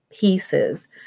pieces